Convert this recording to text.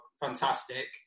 fantastic